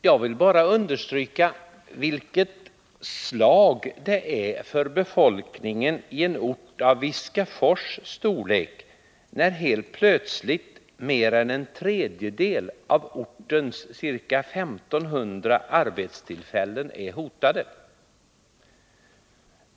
Jag vill bara understryka vilket slag det är för befolkningen i en ort av Viskafors storlek när helt plötsligt mer än en tredjedel av ortens ca 1500 arbetstillfällen är hotade.